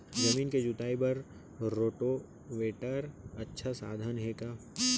जमीन के जुताई बर रोटोवेटर अच्छा साधन हे का?